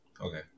Okay